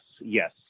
yes